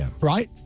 right